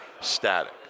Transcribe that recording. static